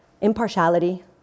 Impartiality